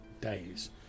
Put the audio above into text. days